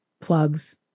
plugs